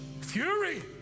fury